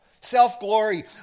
self-glory